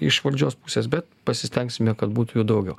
iš valdžios pusės bet pasistengsime kad būtų jo daugiau